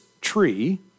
tree